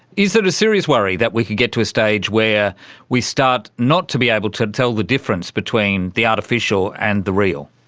is it a serious worry that we could get to a stage where we start not to be able to tell the difference between the artificial and the real?